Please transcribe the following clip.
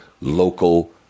local